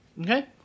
Okay